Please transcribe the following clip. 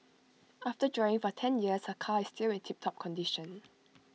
after driving for ten years her car is still in tiptop condition